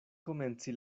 komenci